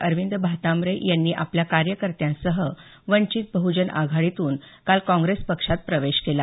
अरविंद भातांब्रे यांनी आपल्या कार्यकर्त्यांसह वंचित बहुजन आघाडीतून काल काँप्रेस पक्षात प्रवेश केला